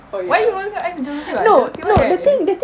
why you rolling your eyes at jojo siwa jojo siwa like is